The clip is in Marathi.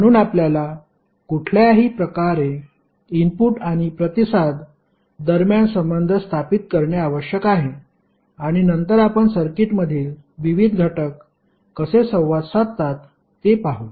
म्हणून आपल्याला कुठल्याही प्रकारे इनपुट आणि प्रतिसाद दरम्यान संबंध स्थापित करणे आवश्यक आहे आणि नंतर आपण सर्किटमधील विविध घटक कसे संवाद साधतात ते पाहू